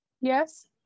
Yes